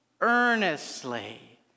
earnestly